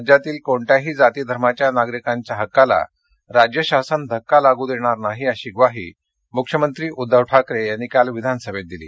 राज्यातील कोणत्याही जाती धर्माच्या नागरिकांच्या हक्काला राज्य शासन धक्का लागू देणार नाही अशी ग्वाही मुख्यमंत्री उद्वव ठाकरे यांनी काल विधानसभेत दिली